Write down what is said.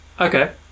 okay